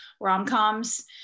rom-coms